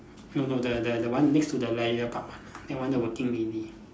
no no the the the one next to the leisure park one that the working lady